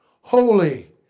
holy